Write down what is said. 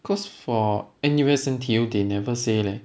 cause for N_U_S N_T_U they never say leh